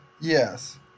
yes